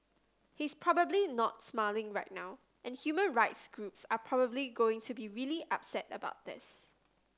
he's probably not smiling right now and human rights groups are probably going to be really upset about this